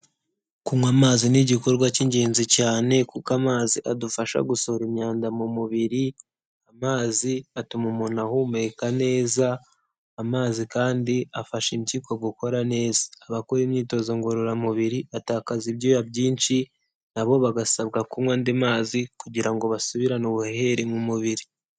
Kunywa amazi ni igikorwa cy'ingenzi cyane kuko amazi adufasha gusohora imyanda mu mubiri, amazi atuma umuntu ahumeka neza, amazi kandi afasha impyiko gukora neza, abakora imyitozo ngororamubiri atakaza ibyuya byinshi, nabo bagasabwa kunywa andi mazi kugira ngo basubirane ubuhehere mu mubiri.